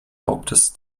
hauptes